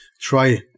try